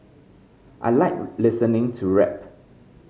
I like listening to rap